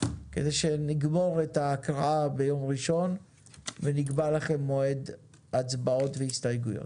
כדי שנגמור את ההקראה ביום ראשון ונקבע לכם מועד הצבעות והסתייגויות.